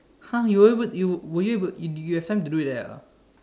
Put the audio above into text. !huh! you were able you were you able you have time to do that ah